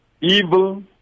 evil